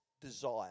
desire